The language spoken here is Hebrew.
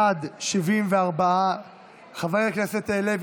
בעד, 74,